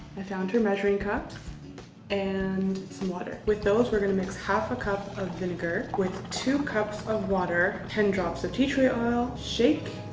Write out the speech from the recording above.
i found her measuring cup and some water. with those we're gonna mix half a cup of vinegar with two cups of water, ten drops of tea tree oil, shake,